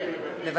אני מוותר.